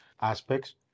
aspects